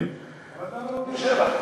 למה לא בבאר-שבע?